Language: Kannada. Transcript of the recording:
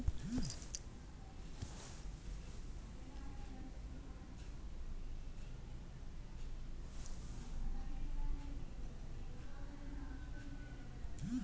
ಅನಲೋಗ್ ಫೋರೆಸ್ತ್ರಿ ಮರುಅರಣ್ಯೀಕರಣಕ್ಕಾಗಿ ಮಾಡುವ ಸಿಲ್ವಿಕಲ್ಚರೆನಾ ಒಂದು ವಿಧಾನವಾಗಿದೆ